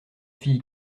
fille